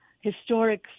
historic